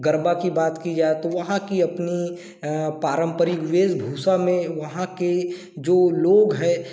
गरबा की बात की जाए तो वहाँ की अपनी पारंपरिक वेशभूषा में वहाँ के जो लोग हैं